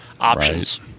options